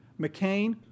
McCain